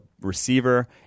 receiver